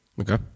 Okay